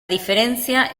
diferencia